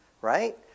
Right